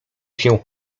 się